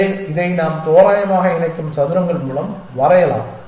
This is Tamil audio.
எனவே இதை நாம் தோராயமாக இணைக்கும் சதுரங்கள் மூலம் வரையலாம்